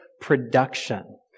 production